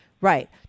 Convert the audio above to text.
Right